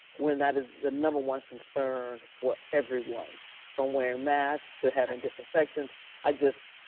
when that is the number one concern for everyone from wearing masks to having disinfectants. i just,